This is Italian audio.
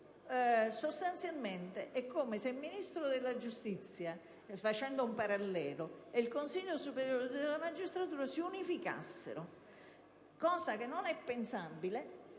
dell'avvocatura. È come se il Ministro della giustizia - facendo un parallelo - e il Consiglio superiore della magistratura si unificassero; cosa che non è pensabile